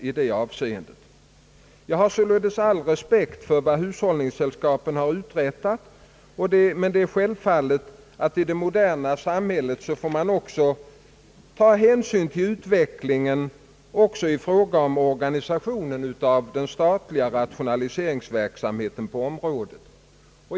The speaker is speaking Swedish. Jag hyser således all respekt för vad hushållningssällskapen uträttat, men det är givet att man i det moderna samhället också får ta hänsyn till utvecklingen även i fråga om organisationen av den statliga rationaliseringsverksamheten på området.